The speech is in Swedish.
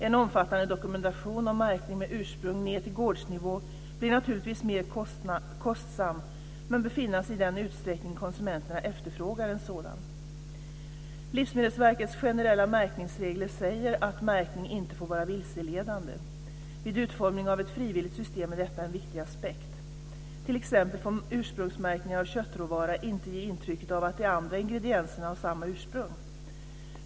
En omfattande dokumentation och märkning med ursprung ned till gårdsnivå blir naturligtvis mer kostsam men bör finnas i den utsträckning konsumenterna efterfrågar en sådan. Livsmedelsverkets generella märkningsregler säger att märkning inte får vara vilseledande. Vid utformande av ett frivilligt system är detta en viktig aspekt. T.ex. får ursprungsmärkning av köttråvaran inte ge intrycket att de andra ingredienserna har samma ursprung.